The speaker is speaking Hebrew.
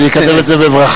אני אקבל את זה בברכה.